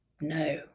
no